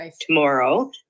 tomorrow